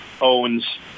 owns